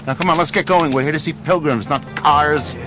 now come on, let's get going, we're here to see pilgrims, not cars!